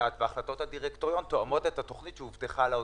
מבוצעות והחלטות הדירקטוריון תואמות את התכנית שהובטחה לאוצר.